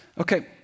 Okay